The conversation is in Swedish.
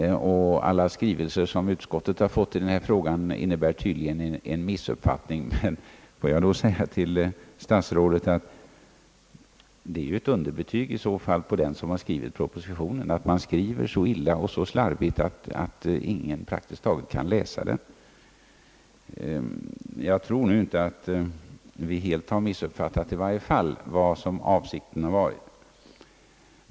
Alla de skrivelser, som utskottet fått i denna fråga, innebär tydligen också missuppfattningar. Får jag lov att säga till statsrådet: Det är i så fall ett underbetyg åt den som har skrivit propositionen, att man skriver så illa och så slarvigt, att praktiskt taget ingen kan rätt läsa det som står skrivet. Jag tror emellertid inte att vi har helt missuppfattat saken.